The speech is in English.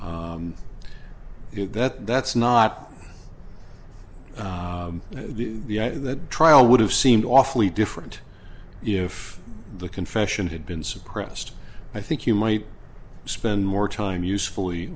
other that's not the trial would have seemed awfully different if the confession had been suppressed i think you might spend more time useful